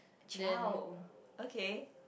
ciao okay